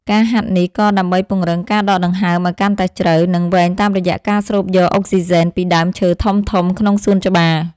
ការហាត់នេះ ក៏ដើម្បីពង្រឹងការដកដង្ហើមឱ្យកាន់តែជ្រៅ និងវែងតាមរយៈការស្រូបយកអុកស៊ីសែនពីដើមឈើធំៗក្នុងសួនច្បារ។